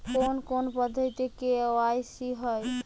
কোন কোন পদ্ধতিতে কে.ওয়াই.সি হয়?